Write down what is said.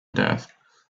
death